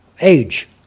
age